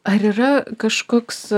ar yra kažkoks